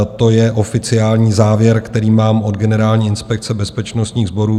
To je oficiální závěr, který mám od Generální inspekce bezpečnostních sborů.